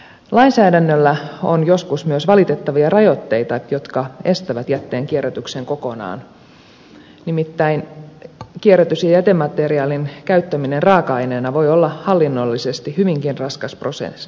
lainsäädännöllä on joskus myös valitettavia rajoitteita jotka estävät jätteen kierrätyksen kokonaan nimittäin kierrätys ja jätemateriaalin käyttäminen raaka aineena voi olla hallinnollisesti hyvinkin raskas prosessi